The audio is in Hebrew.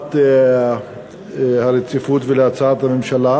להחלת הרציפות ולהצעת הממשלה.